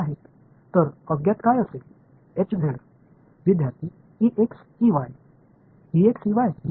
எனவே தெரியாதவர்கள் என்னவாக இருக்கும்